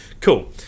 Cool